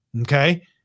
Okay